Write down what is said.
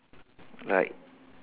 right